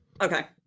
okay